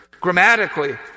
Grammatically